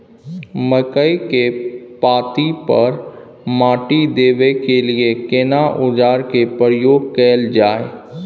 मकई के पाँति पर माटी देबै के लिए केना औजार के प्रयोग कैल जाय?